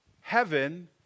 heaven